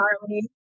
Charlie